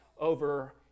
over